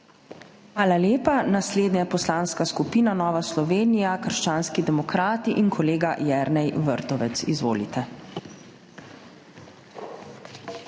Hvala lepa. Naslednja je Poslanska skupina Nova Slovenija - krščanski demokrati in kolega Jernej Vrtovec. Izvolite.